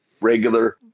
regular